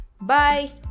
Bye